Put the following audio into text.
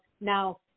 now